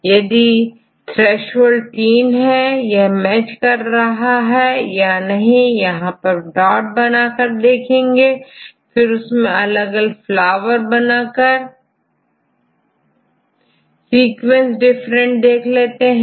यदि थ्रेसोल्ड तीन है यह मैच कर रहा है या नहीं यह यहां पर डॉट रखकर फिर उससे अलग अलग प्लॉट बनाकर सीक्वेंस डिफरेंट देख लेंगे